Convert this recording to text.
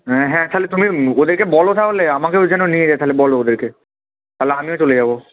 হ্যাঁ হ্যাঁ তাহলে তুমি ওদেরকে বলো তাহলে আমাকেও যেন নিয়ে যায় তাহলে বলো ওদেরকে তাহলে আমিও চলে যাব